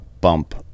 bump